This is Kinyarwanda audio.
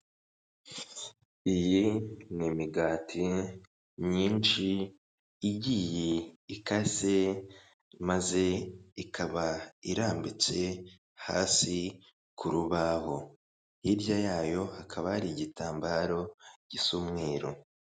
Iyi ni imigati myinshi igiye ikase maze ikaba irambitse hasi ku rubaho, hirya yayo hakaba hari igitambaro gisa umweru.